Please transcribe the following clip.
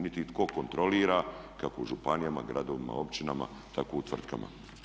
Niti ih tko kontrolira, kako u županijama, gradovima, općinama tako i u tvrtkama.